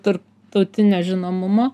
tarptautinio žinomumo